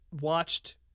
watched